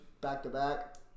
back-to-back